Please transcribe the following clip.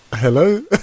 hello